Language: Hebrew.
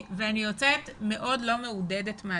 אני יוצאת מהדיון הזה מאוד לא מעודדת.